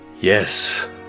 yes